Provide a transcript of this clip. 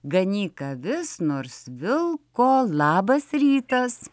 ganyk avis nors vilko labas rytas